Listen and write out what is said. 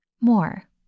more